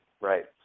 right